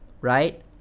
right